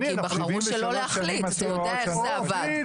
אתה יודע איך זה עבד, בחרו שלא להחליט.